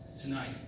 tonight